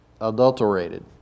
adulterated